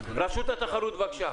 רשות התחרות, בבקשה.